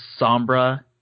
Sombra